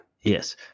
Yes